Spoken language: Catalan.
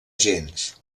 gens